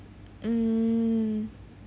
mm